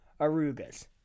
Arugas